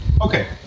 Okay